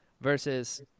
versus